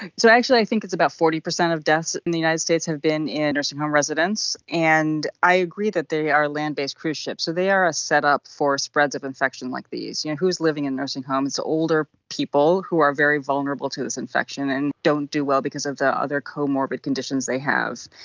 so actually i think it's about forty percent of deaths in the united states have been in nursing home residents, and i agree that they are land-based cruise ships. so they are a set-up for spreads of infection like these. you know, who is living in nursing homes? older people who are very vulnerable to this infection and don't do well because of the other comorbid conditions they have.